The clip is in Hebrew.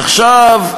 עכשיו,